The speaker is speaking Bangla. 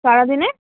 সারা দিনে